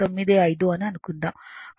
95 అని అనుకుందాం